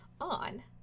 on